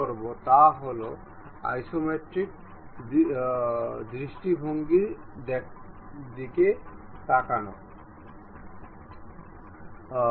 যাইহোক এই জিওমেট্রির অরিজিন এই পুরো থিওরিটির অরিজিন এই পুরো উইন্ডোটি এখানে রয়েছে